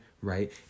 right